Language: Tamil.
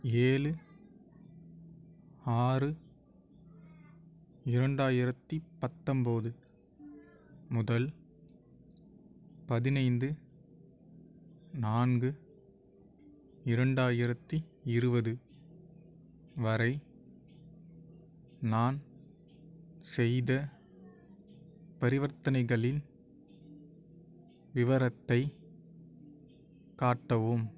ஏழு ஆறு இரண்டாயிரத்தி பத்தொன்போது முதல் பதினைந்து நான்கு இரண்டாயிரத்தி இருபது வரை நான் செய்த பரிவர்த்தனைகளின் விவரத்தை காட்டவும்